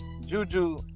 Juju